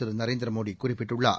திருநரேந்திரமோடிகுறிப்பிட்டுள்ளார்